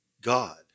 God